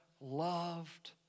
loved